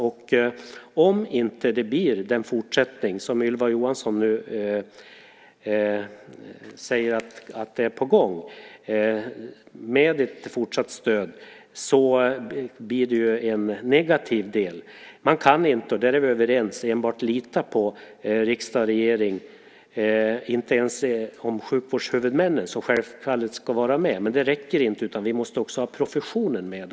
Om det inte blir en sådan utveckling som Ylva Johansson säger är på gång med ett fortsatt stöd blir det här en negativ del. Man kan inte, och där är vi överens, enbart lita på riksdag och regering, inte ens på sjukvårdshuvudmännen, som självfallet ska vara med. Men det räcker inte, utan vi måste också ha professionen med.